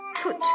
foot